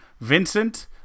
Vincent